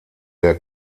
der